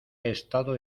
estado